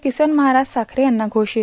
किसन महाराज साखरे यांना घोषित